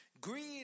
greed